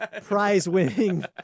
prize-winning